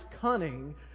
cunning